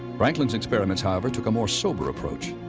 franklin's experiments, however, took a more sober approach.